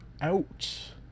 Out